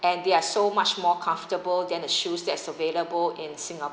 and they are so much more comfortable than the shoes that's available in singapore